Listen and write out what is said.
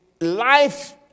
life